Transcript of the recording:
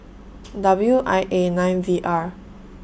W I A nine V R